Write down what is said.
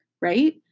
Right